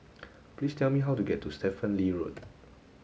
please tell me how to get to Stephen Lee Road